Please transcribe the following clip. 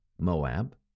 Moab